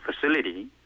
facility